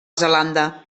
zelanda